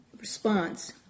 response